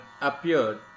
appeared